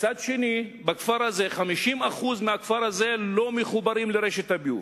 מצד שני, 50% מהכפר הזה לא מחוברים לרשת הביוב,